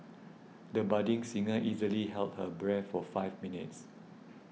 the budding singer easily held her breath for five minutes